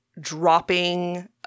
dropping